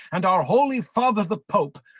and our holy father the pope,